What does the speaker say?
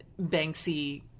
Banksy